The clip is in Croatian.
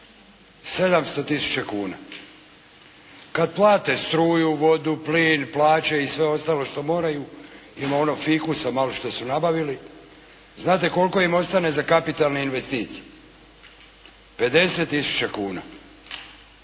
700 tisuća kuna. Kad plate struju, vodu, plin, plaće i sve ostalo što moraju i ono malo fikusa što su nabavili, znate koliko im ostane za kapitalne investicije? 50 tisuća kuna.